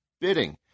bidding